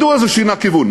מדוע זה שינה כיוון?